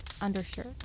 undershirt